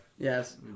Yes